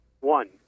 One